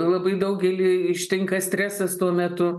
labai daugelį ištinka stresas tuo metu